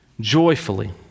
joyfully